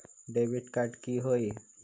Debit card की होई?